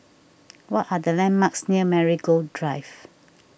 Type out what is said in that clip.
what are the landmarks near Marigold Drive